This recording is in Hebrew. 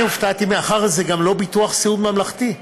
אני הופתעתי מאחר שזה גם לא ביטוח סיעוד ממלכתי.